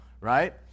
right